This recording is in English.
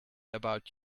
about